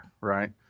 Right